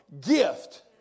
gift